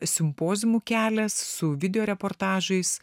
simpoziumų kelias su video reportažais